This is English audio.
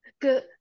good